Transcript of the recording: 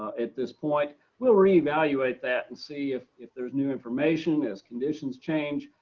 at this point we'll re-evaluate that and see if if there's new information as conditions change.